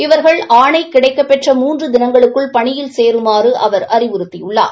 இவர்கள் ஆணை கிடைக்கப்பெற்ற மூன்று தினங்களுக்குள் பணியில் சேருமாறு அவர் அறிவுறுத்தியுள்ளார்